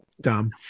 dumb